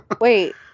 Wait